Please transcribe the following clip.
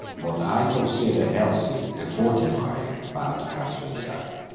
what i consider healthy and fortifying about the countryside.